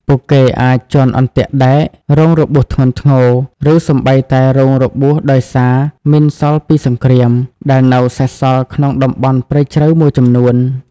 ពួកគេអាចជាន់អន្ទាក់ដែក រងរបួសធ្ងន់ធ្ងរ ឬសូម្បីតែរងរបួសដោយសារ មីនសល់ពីសង្គ្រាម ដែលនៅសេសសល់ក្នុងតំបន់ព្រៃជ្រៅមួយចំនួន។